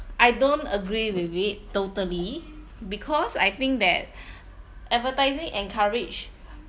I don't agree with it totally because I think that advertising encourage